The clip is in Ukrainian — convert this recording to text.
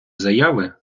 заяви